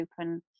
open